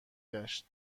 گشت